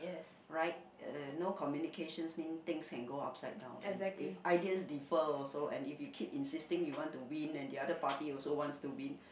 right uh no communications means things can go upside down and if ideas defer also and if you keep insisting you want to win and the other party also wants to win